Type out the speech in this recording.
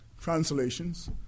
Translations